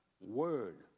word